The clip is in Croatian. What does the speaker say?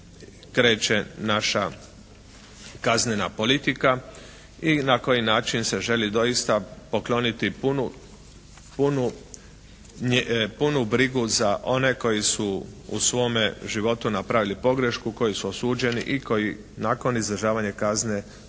kreće naša kaznena politika i na koji način se želi doista pokloniti punu brigu za one koji su u svome životu napravili pogrešku, koji su osuđeni i koji nakon izdržavanja kazne